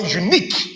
unique